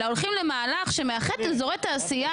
אלא הולכים למהלך שמאחד אזורי תעשייה